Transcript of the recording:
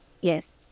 Yes